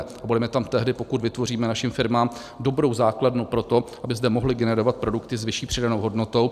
A budeme tam tehdy, pokud vytvoříme našim firmám dobrou základnu pro to, aby zde mohly generovat produkty s vyšší přidanou hodnotou.